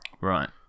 Right